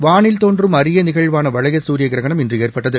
வானில் தோன்றும் அரிய நிகழ்வான வளைய சூரியகிரகணம் இன்று ஏற்பட்டது